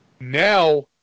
Now